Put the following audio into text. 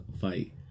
fight